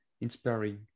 inspiring